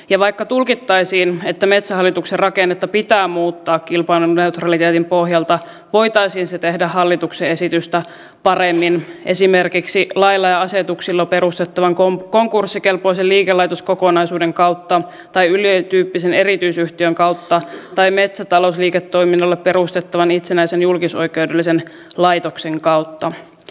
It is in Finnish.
ja vaikka tulkittaisiin että metsähallituksen rakennetta pitää muuttaa kilpailuneutraliteetin pohjalta voitaisiin se tehdä hallituksen esitystä paremmin esimerkiksi lailla ja asetuksilla perustettavan konkurssikelpoisen liikelaitoskokonaisuuden kautta tai yle tyyppisen erityisyhtiön kautta tai metsätalousliiketoiminnalla perustettavan itsenäisen julkisoikeudellisen laitoksen kautta